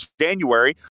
January